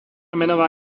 menová